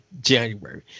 January